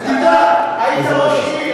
אתה היית ראש עיר,